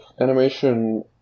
animation